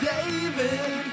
David